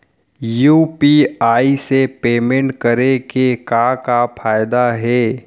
UPI से payment करे के का का फायदा हे?